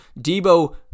Debo